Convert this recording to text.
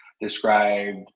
described